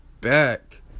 back